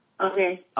Okay